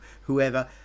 whoever